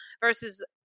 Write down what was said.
versus